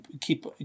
keep